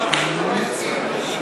בעד, 63, נגד, 46,